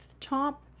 top